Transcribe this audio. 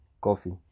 Coffee